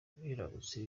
biramutse